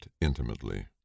intimately